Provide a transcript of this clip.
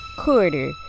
quarter